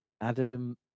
Adam